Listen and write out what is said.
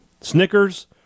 Snickers